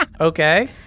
Okay